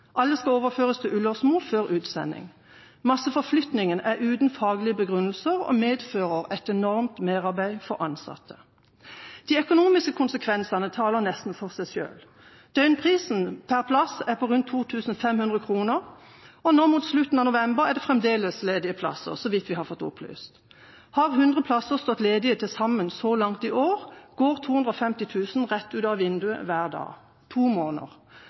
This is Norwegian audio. til Ullersmo før utsending. Masseforflytningen er uten faglig begrunnelse og medfører et enormt merarbeid for de ansatte. De økonomiske konsekvensene taler nesten for seg selv. Døgnprisen per plass er på rundt 2 500 kr, og nå mot slutten av november er det fremdeles ledige plasser, så vidt vi har fått opplyst. Har 100 plasser stått ledige til sammen så langt i år, har 250 000 kr gått rett ut av vinduet hver dag i to måneder